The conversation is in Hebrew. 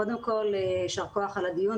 קודם כול, יישר כוח על הדיון.